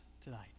tonight